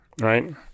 right